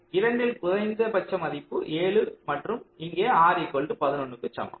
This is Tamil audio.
இரண்டில் குறைந்தபட்ச மதிப்பு 7 மற்றும் இங்கே R 11 க்கு சமம்